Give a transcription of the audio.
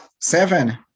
Seven